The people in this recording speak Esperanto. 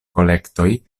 kolektoj